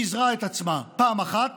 פיזרה את עצמה פעם אחת